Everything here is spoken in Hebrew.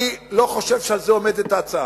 אני לא חושב שעל זה עומדת ההצעה.